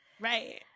right